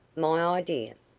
my idea.